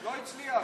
לא הצליח.